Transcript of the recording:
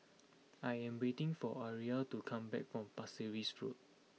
I am waiting for Aria to come back from Pasir Ris Road